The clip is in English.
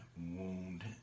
wound